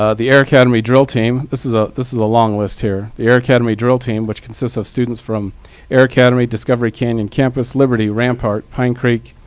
ah the air academy drill team this is ah this is a long list here the air academy drill team, which consists of students from air academy, discovery canyon campus, liberty, rampart, pine creek,